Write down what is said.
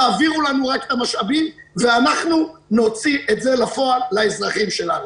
תעבירו לנו רק את המשאבים ואנחנו נוציא את זה אל הפועל לאזרחים שלנו.